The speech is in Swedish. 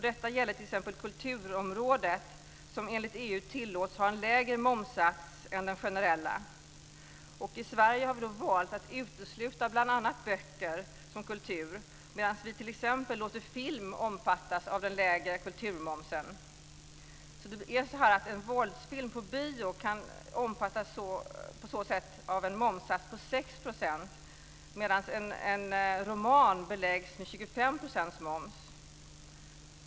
Detta gäller t.ex. kulturområdet, som enligt EU tillåts ha en lägre momssats än den generella. I Sverige har vi valt att utesluta bl.a. böcker som kultur, medan vi t.ex. låter film omfattas av den lägre kulturmomsen. En våldsfilm på bio kan på så sätt omfattas av en momssats på 6 %, medan en roman beläggs med 25 % moms.